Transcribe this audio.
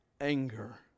anger